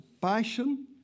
passion